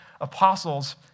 apostles